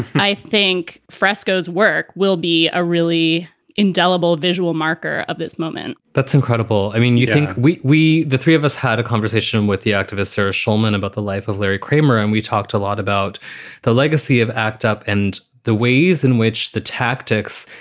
i think fresco's work will be a really indelible visual marker of this moment that's incredible. i mean, you think we we the three of us had a conversation with the activists are shulman, about the life of larry kramer. and we talked a lot about the legacy of act up and the ways in which the tactics,